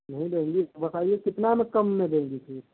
नहीं देंगी तो बताइए कितना में कम में देंगी फ़िर